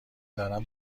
دارم